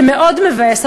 זה מאוד מבאס,